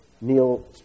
Neil